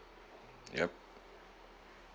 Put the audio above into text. yup